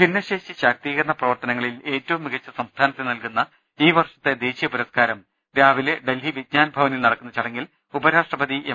ഭിന്നശേഷി ശാക്തീകരണ പ്രവർത്തനങ്ങളിൽ ഏറ്റവും മികച്ച സംസ്ഥാനത്തിന് നൽകുന്ന ഈ വർഷത്തെ ദേശീയ പുരസ്കാരം രാവിലെ ഡൽഹി വിജ്ഞാൻ ഭവനിൽ നടക്കുന്ന ചടങ്ങിൽ ഉപരാ ഷ്ട്രപതി എം